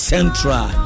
Central